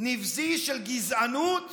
נבזי של גזענות